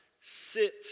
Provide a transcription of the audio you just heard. sit